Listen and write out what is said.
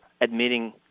admitting